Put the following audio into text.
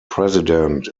president